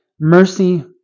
mercy